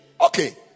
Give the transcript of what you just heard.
Okay